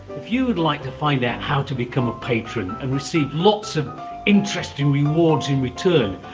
if you would like to find out how to become a patron and receive lots of interesting rewards in return,